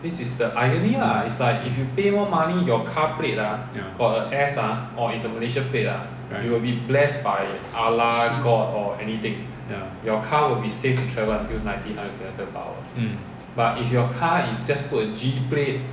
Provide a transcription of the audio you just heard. ya right ya mm